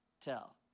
tell